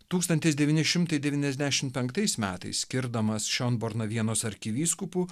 tūkstantis devyni šimtai devyniasdešimt penktais metais skirdamas šionborną vienos arkivyskupu